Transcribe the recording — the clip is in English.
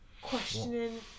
questioning